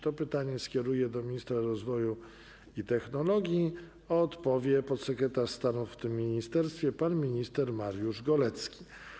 To pytanie skieruje do ministra rozwoju i technologii, a odpowie na nie podsekretarz stanu w tym ministerstwie pan minister Mariusz Golecki.